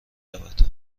رود